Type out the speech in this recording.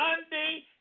Sunday